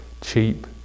cheap